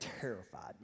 terrified